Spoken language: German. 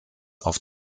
auf